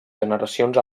generacions